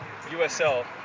USL